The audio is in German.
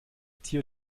tier